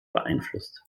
beeinflusst